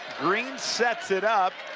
green sets it up